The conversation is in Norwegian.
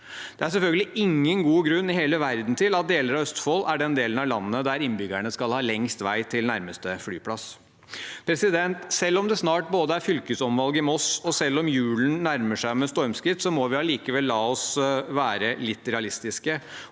Det er selvfølgelig ingen god grunn i hele verden til at deler av Østfold er den delen av landet der innbyggerne skal ha lengst vei til nærmeste flyplass. Selv om det snart er fylkesomvalg i Moss, og selv om julen nærmer seg med stormskritt, må vi allikevel være litt realistiske